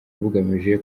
bugamije